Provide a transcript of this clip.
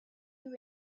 you